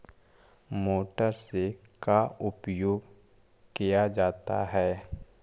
Motor से का उपयोग क्या जाता है?